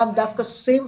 לאו דווקא סוסים,